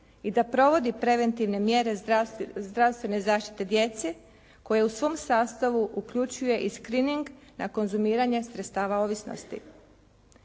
i da provodi preventivne mjere zdravstvene zaštite djece koja u svom sastavu uključuje i «screening» na konzumiranje sredstava ovisnosti.